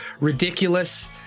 ridiculous